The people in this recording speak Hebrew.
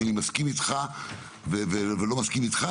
שאני מסכים איתך ולא מסכים איתך,